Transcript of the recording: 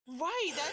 Right